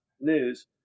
News